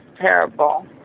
terrible